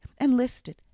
enlisted